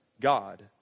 God